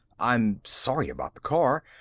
i'm sorry about the car.